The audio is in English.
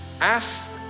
Ask